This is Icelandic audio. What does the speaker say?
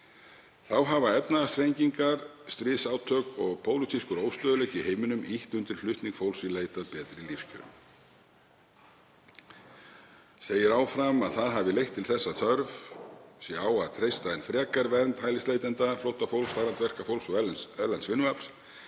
Þá hafa efnahagsþrengingar, stríðsátök og pólitískur óstöðugleiki í heiminum ýtt undir flutning fólks í leit að betri lífskjörum. Segir áfram að það hafi leitt til þess að þörf sé á að treysta enn frekar vernd hælisleitenda, flóttafólks, farandverkafólks og erlends vinnuafls